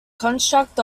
construct